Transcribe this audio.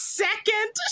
second